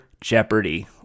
Jeopardy